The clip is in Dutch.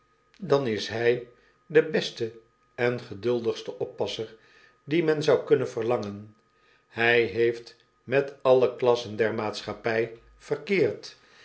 dan is h de beste en geduldigste oppasser dien men zou kunnen verlangen hij heeft met dickens de klok van